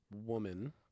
woman